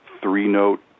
three-note